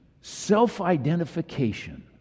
self-identification